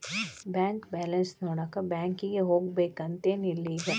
bank balance ನೋಡಾಕ ಬ್ಯಾಂಕಿಗೆ ಹೋಗ್ಬೇಕಂತೆನ್ ಇಲ್ಲ ಈಗ